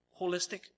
holistic